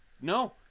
No